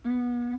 嗯